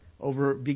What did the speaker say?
over